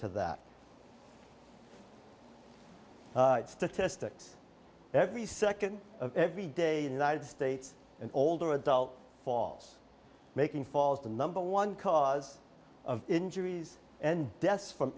to that statistics every second of every day in the united states an older adult falls making falls the number one cause of injuries and deaths from